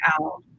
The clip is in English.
out